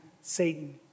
Satan